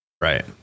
right